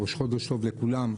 ראש חודש טוב לכולם,